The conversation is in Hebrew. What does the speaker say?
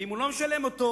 ואם הוא לא משלם אותו,